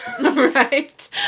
right